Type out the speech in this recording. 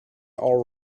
all